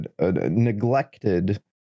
neglected